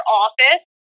office